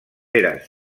eres